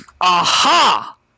Aha